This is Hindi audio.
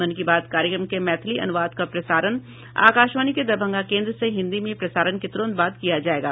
मन की बात कार्यक्रम के मैथिली अनुवाद का प्रसारण आकाशवाणी के दरभंगा केन्द्र से हिन्दी में प्रसारण के तुरंत बाद किया जायेगा